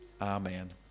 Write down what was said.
amen